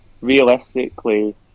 realistically